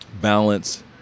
balance